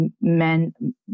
men